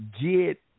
get